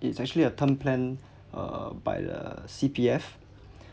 it's actually a term plan uh by the C_P_F